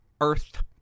Earth